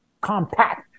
compact